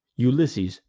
ulysses,